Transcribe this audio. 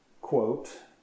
quote